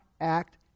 act